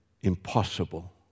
impossible